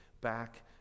back